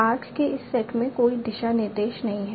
arcs के इस set में कोई दिशा निर्देश नहीं है